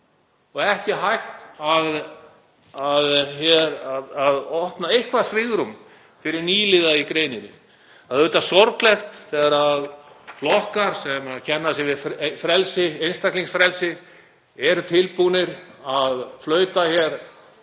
og ekki hægt að opna á eitthvert svigrúm fyrir nýliða í greininni. Það er auðvitað sorglegt þegar flokkar sem kenna sig við frelsi, einstaklingsfrelsi, eru tilbúnir til að flauta